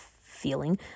feeling